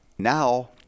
Now